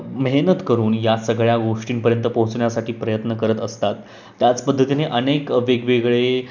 मेहनत करून या सगळ्या गोष्टींपर्यंत पोहोचण्यासाठी प्रयत्न करत असतात त्याच पद्धतीने अनेक वेगवेगळे